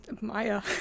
Maya